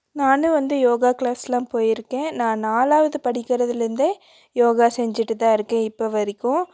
நானும் வந்து யோகா கிளாஸெலாம் போயிருக்கேன் நான் நாலாவது படிக்கிறதுலேருந்தே யோகா செஞ்சுட்டு தான் இருக்கேன் இப்போ வரைக்கும்